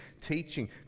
teaching